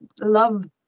love